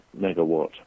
megawatt